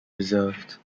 preserved